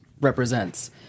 represents